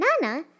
Nana